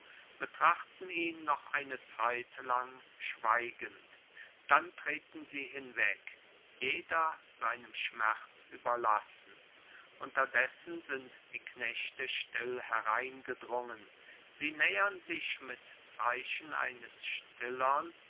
betrachten ihn noch eine zeitlang schweigend dann treten sie hinweg jeder seinem schmerz überlassen unterdessen sind die knechte still hereingedrungen sie nähern sich mit zeichen eines stillern